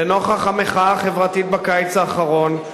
לנוכח המחאה החברתית בקיץ האחרון,